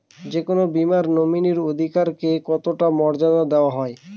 যে কোনো বীমায় নমিনীর অধিকার কে কতটা মর্যাদা দেওয়া হয়?